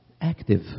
active